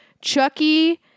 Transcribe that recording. Chucky